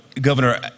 governor